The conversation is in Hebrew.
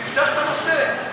תפתח את הנושא.